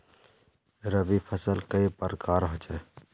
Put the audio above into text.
रवि फसल कई प्रकार होचे?